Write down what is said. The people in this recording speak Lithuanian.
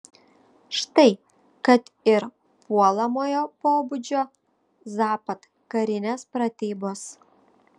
štai kad ir puolamojo pobūdžio zapad karinės pratybos